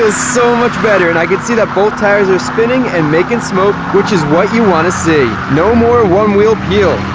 so much better, and i can see that both tires are spinning and making smoke which is what you want to see. no more one wheel peel!